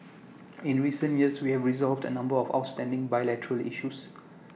in recent years we have resolved A number of outstanding bilateral issues